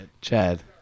Chad